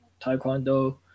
Taekwondo